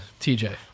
TJ